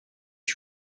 que